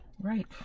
Right